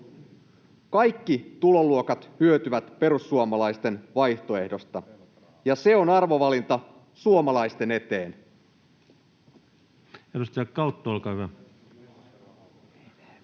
Kaikki tuloluokat hyötyvät perussuomalaisten vaihtoehdosta, ja se on arvovalinta suomalaisten eteen. [Speech 145] Speaker: